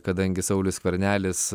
kadangi saulius skvernelis